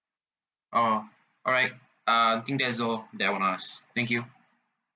orh alright uh I think that's all that I want to ask thank you